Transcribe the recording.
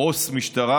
עו"ס משטרה,